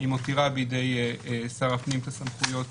מותירה בידי שר הפנים את הסמכויות